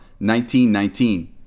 1919